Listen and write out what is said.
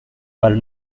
were